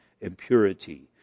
impurity